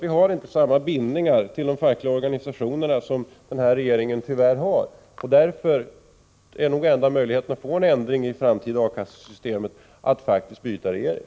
Vi har inte samma bindningar till de fackliga organisationerna som den nuvarande regeringen tyvärr har. Därför är nog enda möjligheten att få en ändring i det framtida arbetslöshetskassesystemet att byta regering.